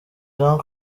jean